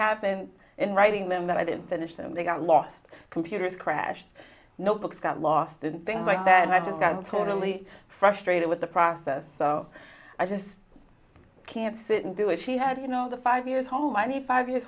happened in writing them that i didn't finish them they got lost computers crash notebooks got lost and things like that and i just got totally frustrated with the process so i just i can't sit and do it she had you know the five years oh i need five years